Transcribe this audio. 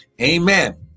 Amen